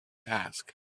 task